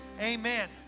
Amen